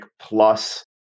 plus